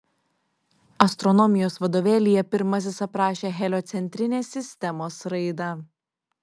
astronomijos vadovėlyje pirmasis aprašė heliocentrinės sistemos raidą